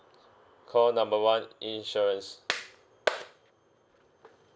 call number one insurance